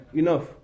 enough